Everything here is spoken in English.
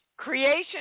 Creation